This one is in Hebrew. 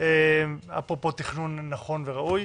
אפרופו תכנון נכון וראוי.